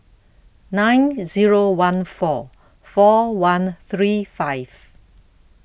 nine zero one four four one three five